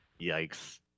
Yikes